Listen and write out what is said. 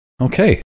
okay